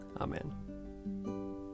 Amen